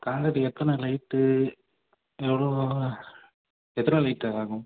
contract எத்தனை light எவ்வளோ எத்தனை லைட் ஆகும்